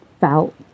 felt